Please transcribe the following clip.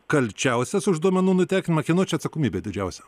kalčiausias už duomenų nutekinimą kieno čia atsakomybė didžiausia